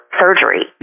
surgery